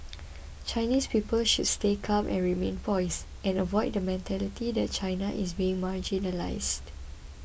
Chinese people should stay calm and remain poised and avoid the mentality that China is being marginalised